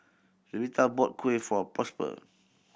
Luberta bought kuih for Prosper